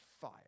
fire